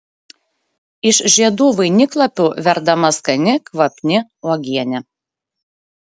iš žiedų vainiklapių verdama skani kvapni uogienė